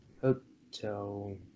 Hotel